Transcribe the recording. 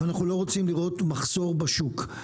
ואנחנו לא רוצים לראות מחסור בשוק.